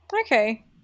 Okay